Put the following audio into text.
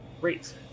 Great